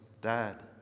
dad